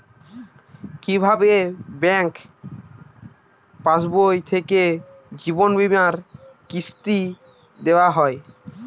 কি ভাবে ব্যাঙ্ক পাশবই থেকে জীবনবীমার কিস্তি দেওয়া হয়?